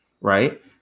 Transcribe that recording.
right